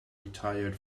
retired